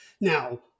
Now